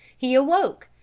he awoke,